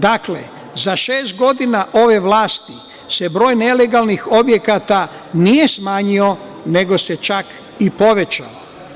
Dakle, za šest godina ove vlasti dr broj nelegalnih objekata nije smanjio, nego se čak i povećao.